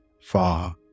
far